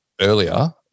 earlier